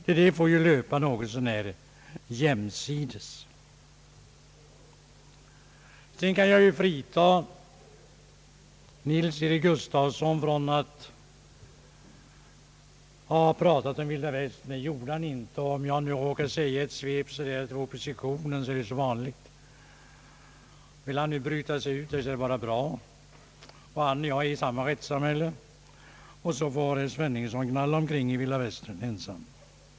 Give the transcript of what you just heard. Sedan måste jag frita herr Nils-Eric Gustafsson från att ha pratat om vilda västern; det gjorde han ju inte. Han och jag lever i samma rättssamhälle, och så får herr Sveningsson vandra omkring i vilda västern ensam.